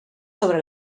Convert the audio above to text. sobre